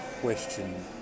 question